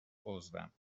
عضوم